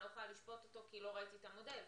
אני לא יכולה לשפוט אותו כי לא ראיתי את המודל,